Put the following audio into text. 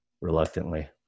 reluctantly